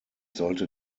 sollte